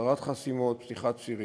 הסרת חסימות ופתיחת צירים.